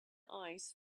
ice